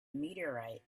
meteorite